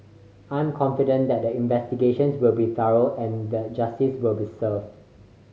I am confident that the investigations will be thorough and that justice will be served